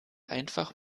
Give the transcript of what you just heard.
einfach